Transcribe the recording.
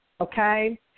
Okay